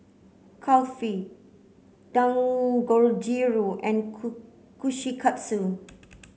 Kulfi Dangojiru and Kushikatsu